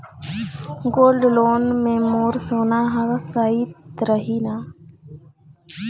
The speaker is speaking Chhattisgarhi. गोल्ड लोन मे मोर सोना हा सइत रही न?